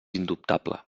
indubtable